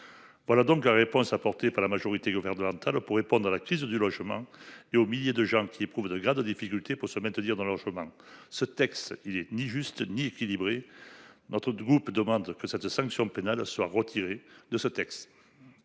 Voilà donc la réponse apportée par la majorité gouvernementale pour répondre à la crise du logement et aux milliers de gens qui éprouvent de gras de difficultés pour se maintenir dans leur chemin. Ce texte il est ni juste ni équilibré. Notre groupe demande que cette sanction pénale soit retiré de ce texte.